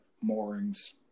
moorings